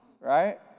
right